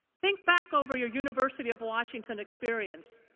think back over your university of washington experience,